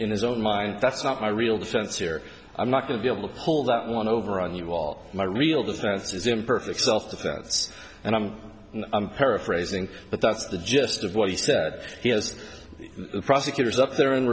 in his own mind that's not my real defense here i'm not going to be able to pull that one over on you all my real defense is imperfect self defense and i'm paraphrasing but that's the gist of what he said he has prosecutors up there in